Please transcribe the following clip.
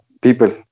People